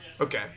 Okay